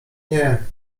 nie